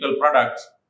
products